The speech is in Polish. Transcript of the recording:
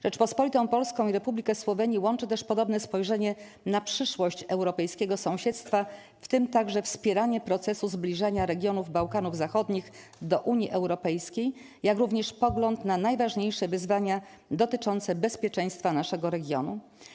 Rzeczpospolitą Polską i Republikę Słowenii łączy też podobne spojrzenie na przyszłość europejskiego sąsiedztwa, w tym także wspieranie procesu zbliżania regionu Bałkanów Zachodnich do Unii Europejskiej, jak również pogląd na najważniejsze wyzwania dotyczące bezpieczeństwa naszego regionu.